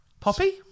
poppy